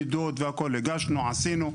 מדידות והכול, הגשנו, עשינו.